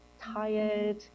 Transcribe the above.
tired